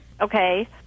Okay